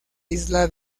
isla